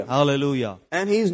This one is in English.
Hallelujah